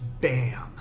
bam